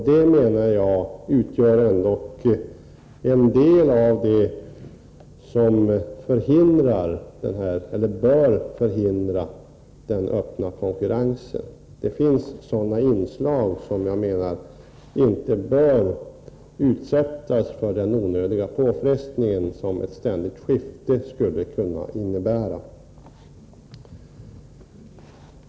Detta utgör ändock en del av det som bör motverka en öppen konkurrens. Det finns inslag som enligt min mening inte bör utsättas för den onödiga påfrestning som ett ständigt skifte skulle kunna innebära.